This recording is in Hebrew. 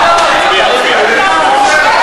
תשתוק.